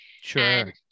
Sure